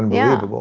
yeah. but